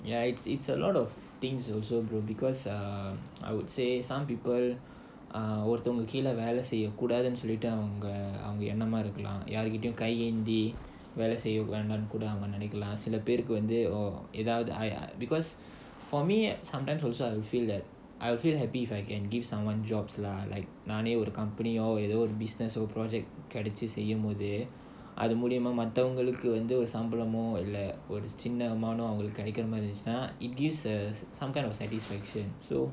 ya it's it's a lot of things you also grow because um I would say some people ஒருத்தங்க கீழ வேல செய்ய கூடாதுனு சொல்லிட்டு அவங்க என்னமா இருக்கலாம் யார் கிட்டயும் கை ஏந்தி வேல செய்ய வேணாம்னு கூட அவங்க நினைக்கலாம்:oruthanga keela vela seyya koodaathunu sollittu avanga ennaama irukalam yaarkittayum kai yenthi vela seyya venaamnu kooda avanga ninnaikalaam because for me sometimes also I feel that I feel happy if I can give someone jobs lah like நானே ஒரு:naanae oru business or project qualities கிடைக்குற மாதிரி இருந்துச்சுன்னா:kidaikkura maadhiri irunthuchunaa it gives us some kind of satisfaction so